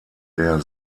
der